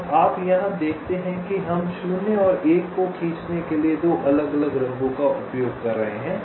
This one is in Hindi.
अब आप यहाँ देखते हैं कि हम शून्य और एक को खींचने के लिए 2 अलग अलग रंगों का उपयोग कर रहे हैं